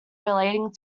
relating